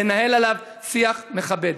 לנהל עליו שיח מכבד.